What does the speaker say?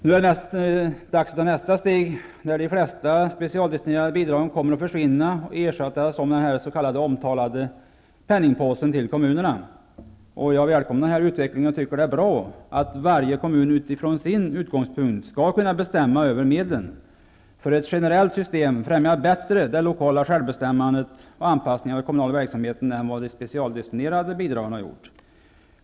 Nu är det så dags att ta nästa steg, där de flesta specialdestinerade bidragen kommer att försvinna och ersättas av den omtalade penningpåsen till kommunerna. Jag välkomnar den här utvecklingen och tycker att det är bra att varje kommun utifrån sin utgångspunkt skall kunna bestämma över medlen. Ett generellt system främjar nämligen bättre det lokala självbestämmandet och anpassningen av den kommunala verksamheten än vad de specialdestinerade bidragen har gjort.